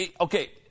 Okay